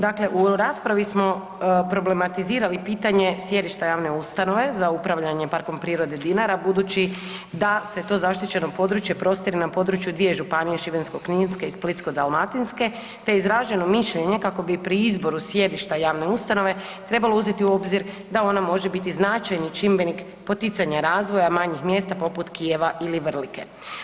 Dakle, u raspravi smo problematizirali pitanje sjedišta javne ustanove za upravljanje Parkom prirode Dinara budući da se to zaštićeno područje prostire na području dvije županije Šibensko-kninske i Splitsko-dalmatinske te je izraženo mišljenje kako bi pri izboru sjedišta javne ustanove trebalo uzeti u obzir da ona može biti značajan čimbenik poticanja razvoja manjih mjesta poput Kijeva ili Vrlike.